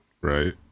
right